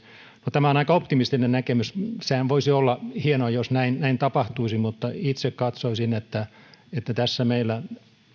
tämä on aika optimistinen näkemys sehän voisi olla hienoa jos näin näin tapahtuisi mutta itse katsoisin että että tässä meillä